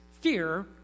fear